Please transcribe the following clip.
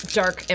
dark